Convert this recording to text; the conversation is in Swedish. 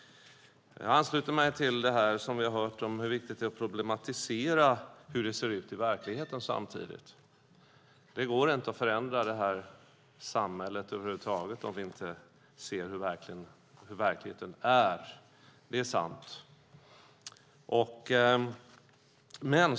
Jag ansluter mig till det vi har hört om hur viktigt det är att problematisera hur det ser ut i verkligheten. Det går inte att förändra samhället om vi inte ser hur verkligheten är - det är sant.